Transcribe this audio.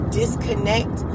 disconnect